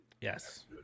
Yes